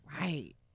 Right